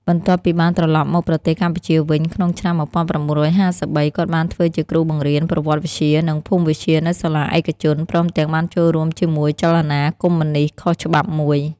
បន្ទាប់ពីបានត្រឡប់មកប្រទេសកម្ពុជាវិញក្នុងឆ្នាំ១៩៥៣ គាត់បានធ្វើជាគ្រូបង្រៀនប្រវត្តិវិទ្យា និងភូមិវិទ្យានៅសាលាឯកជន ព្រមទាំងបានចូលរួមជាមួយចលនាកុម្មុយនីស្តខុសច្បាប់មួយ។